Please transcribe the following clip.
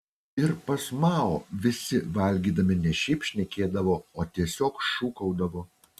ir pas mao visi valgydami ne šiaip šnekėdavo o tiesiog šūkaudavo